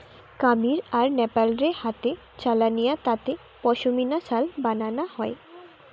কামীর আর নেপাল রে হাতে চালানিয়া তাঁতে পশমিনা শাল বানানা হয়